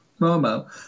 Momo